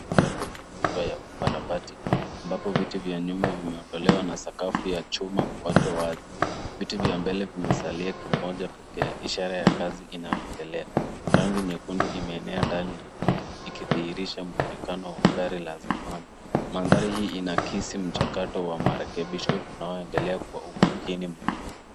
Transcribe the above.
ikiwa kwenye hatua ya ukarabati ambapo viti vya nyuma vimeondolewa na sakafu ya chuma kuwachwa wazi , viti vya mbele vimesalia kimoja pekee ishara ya kazi inayoendelea rangi nyekundu imeenea ndani na nje ikidhihirisha muonekano wa gari la zamani ,mandhari hii inaakisi mchakato wa marekebisho kuna unaoendelea kuwa umakini mkubwa.